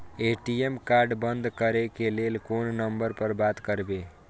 ATM card बंद करे के लेल कोन नंबर पर बात करबे?